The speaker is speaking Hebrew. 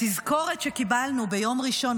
התזכורת שקיבלנו ביום ראשון,